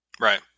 right